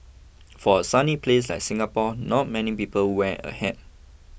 for a sunny place like Singapore not many people wear a hat